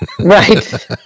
Right